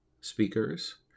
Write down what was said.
speakers